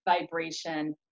vibration